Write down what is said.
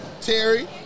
Terry